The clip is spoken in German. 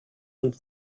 und